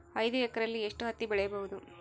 ಐದು ಎಕರೆಯಲ್ಲಿ ಎಷ್ಟು ಹತ್ತಿ ಬೆಳೆಯಬಹುದು?